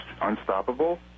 unstoppable